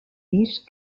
vist